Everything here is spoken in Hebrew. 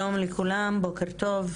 שלום לכולם, בוקר טוב,